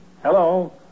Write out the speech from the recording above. Hello